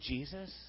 Jesus